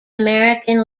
american